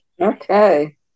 Okay